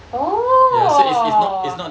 orh